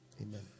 Amen